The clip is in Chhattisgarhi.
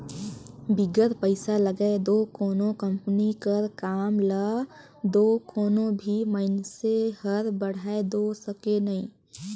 बिगर पइसा लगाए दो कोनो कंपनी कर काम ल दो कोनो भी मइनसे हर बढ़ाए दो सके नई